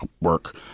work